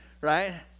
right